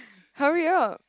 hurry up